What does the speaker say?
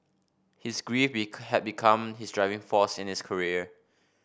his grief had become his driving force in his career